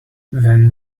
when